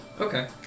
Okay